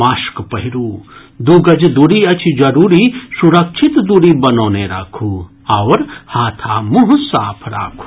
mask पहिरू दू गज दूरी अछि जरूरी सुरक्षित दूरी बनौने राखू आओर हाथ आ मुंह साफ राखू